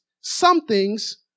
Something's